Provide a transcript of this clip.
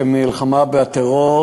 של מלחמה בטרור,